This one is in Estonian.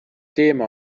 teema